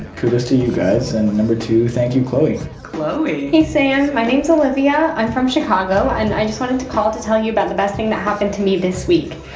kudos to you guys. and number two, thank you, chloe chloe hey, sam. my name's olivia. i'm from chicago. and i just wanted to call to tell you about the best thing that happened to me this week.